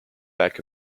back